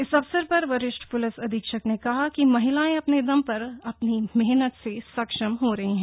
इस अवसर पर वरिष्ठ प्लिस अधीक्षक ने कहा कि महिलाएं अपने दम पर अपनी मेहनत से सक्षम हो रही हैं